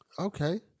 Okay